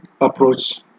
approach